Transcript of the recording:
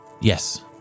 Yes